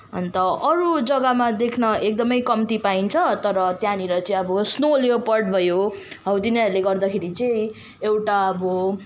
अन्त अरू जग्गामा देख्न एकदमै कम्ती पाइन्छ तर त्यहाँनिर चाहिँ अब स्नो लियोपर्ड भयो हौ तिनीहरूले गर्दाखेरि चाहिँ एउटा अब